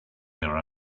their